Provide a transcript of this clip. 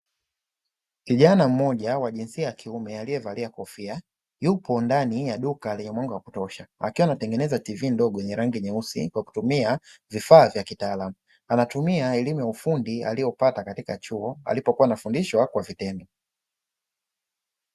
Kijana mmoja wa jinsia ya kiume alievalia kofia ,yupo ndani ya duka lenye mwanga wa kutosha akiwa anatengeneza "TV" ndogo yenye rangi nyeusi kwa kutumia vifaa vya kitaalamu. Anatumia elimu ya ufundi aliyopata katika chuo alipokuwa anafundishwa kwa vitendo.